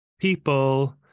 people